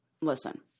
listen